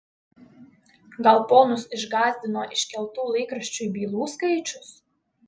gal ponus išgąsdino iškeltų laikraščiui bylų skaičius